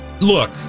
Look